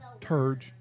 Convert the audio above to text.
Turge